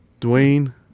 Dwayne